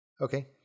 Okay